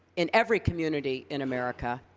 in every community in america,